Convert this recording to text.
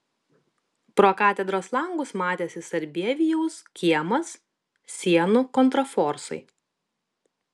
pro katedros langus matėsi sarbievijaus kiemas sienų kontraforsai